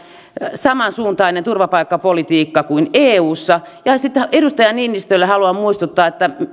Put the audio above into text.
samansuuntainen turvapaikkapolitiikka kuin eussa ja ja sitten haluan edustaja niinistölle muistuttaa